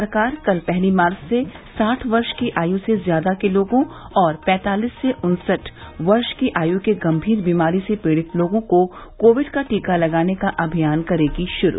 सरकार कल पहली मार्च से साठ वर्ष की आयु से ज्यादा के लोगों और पैंतालिस से उन्सठ वर्ष की आयु के गंभीर बीमारी से पीड़ित लोगों को कोविड का टीका लगाने का अभियान करेगी शुरू